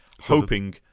hoping